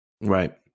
right